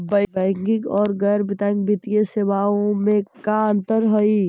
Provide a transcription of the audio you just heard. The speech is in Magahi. बैंकिंग और गैर बैंकिंग वित्तीय सेवाओं में का अंतर हइ?